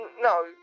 No